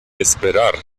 esperar